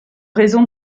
raison